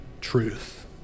truth